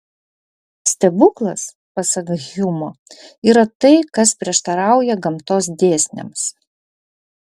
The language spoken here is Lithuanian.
stebuklas pasak hjumo yra tai kas prieštarauja gamtos dėsniams